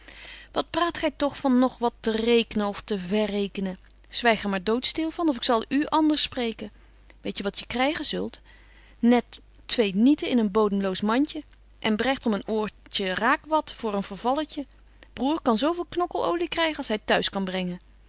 wat praat gy toch van nog wat te rekenen of te verrekenen zwyg er maar dood stil van of ik zal u anders spreken weet je wat je krygen zult net twee nieten in een bodemloos mantje en betje wolff en aagje deken historie van mejuffrouw sara burgerhart bregt om een oortje raakwat voor een vervalletje broêr kan zo veel knokkel oly krygen als hy t'huis kan brengen